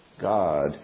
God